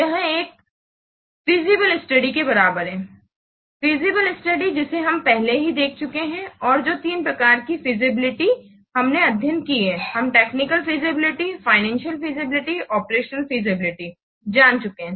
यह एक feasible study के बराबर है फैसिबले स्टडी जिसे हम पहले देख चुके हैं और जो तीन प्रकार की फिजिबिलिटी हमने अध्ययन की है हम technical feasibility financial feasibility operational feasibility जान चुके हैं